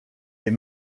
est